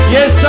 Yes